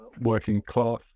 working-class